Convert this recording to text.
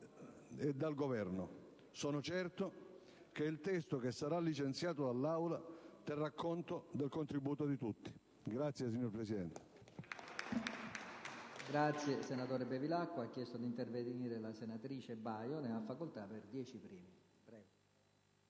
e del Governo. Sono certo che il testo che sarà licenziato dall'Aula terrà conto del contributo di tutti. *(Applausi dal